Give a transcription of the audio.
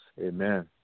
Amen